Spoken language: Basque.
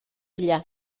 bila